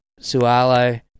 Sualo